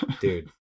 Dude